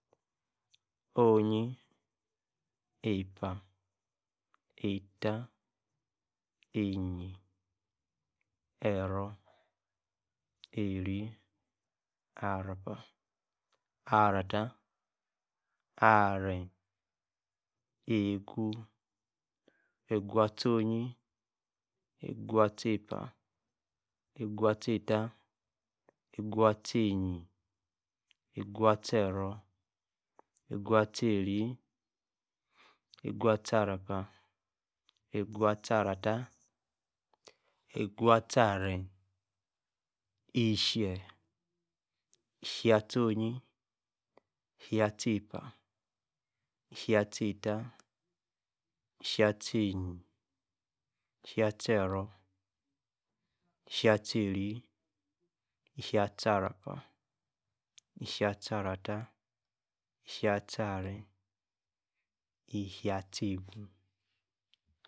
Oh-yi epa, etia, eyie, ero, e-rrie, ama pa ama-ta, arrien, egu, Egu-atie oh-yi, Egu-atie epa, egu-atie atta, egu-atie eyie, egu-atie ero, egu-atie-e-rrie, Egu-atie-arra-pa egu-atie-arra-ta, egu-atie-anien. E-hie. E-hie, atie, oh-yi, e-hie, atie, epa, e-hie, atien effa, e-hie atie, eyie. e-hie atie, ero, e-hie, atie, e-rrie, e-hie atie arrapa, e-hie, atie, arra-ta, e-hie, atie, aniem, e-hie, atie, egu.